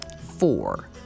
Four